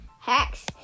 hacks